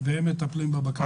והם מטפלים בבקשות.